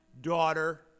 daughter